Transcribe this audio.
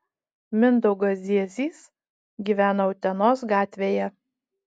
mindaugas ziezys gyvena utenos gatvėje